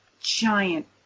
giant